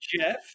jeff